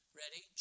ready